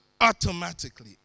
automatically